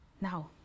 Now